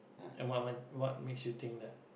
and what what what makes you think that